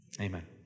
Amen